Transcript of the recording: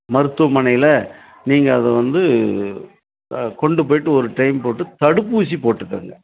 மருத்துவமனையில் நீங்கள் அதை வந்து கொண்டு போயிட்டு ஒரு டைம் போட்டு தடுப்பூசி போட்டுக்கோங்க